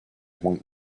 want